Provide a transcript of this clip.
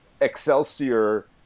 Excelsior